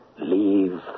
leave